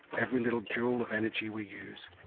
every little joule of energy we use,